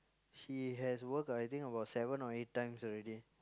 he has worked I think about seven or eight times already